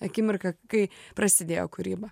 akimirką kai prasidėjo kūryba